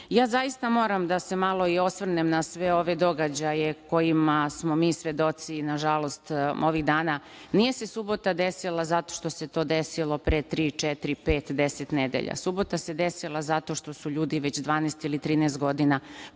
bukom. Zaista moram da se malo i osvrnem na sve ove događaje kojima smo mi svedoci, nažalost, ovih dana. Nije se subota desila zato što se to desilo pre tri, četiri, pet, deset nedelja. Subota se desila zato što su ljudi već 12 ili 13 godina